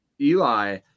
Eli